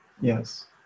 Yes